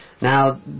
Now